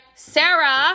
Sarah